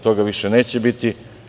Toga više neće biti.